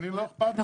אני לא איכפת לי,